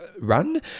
run